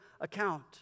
account